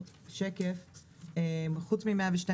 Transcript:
חוץ מ-112,